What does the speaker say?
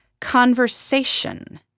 conversation